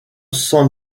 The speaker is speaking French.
san